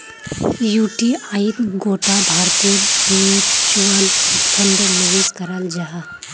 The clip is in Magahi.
युटीआईत गोटा भारतेर म्यूच्यूअल फण्ड निवेश कराल जाहा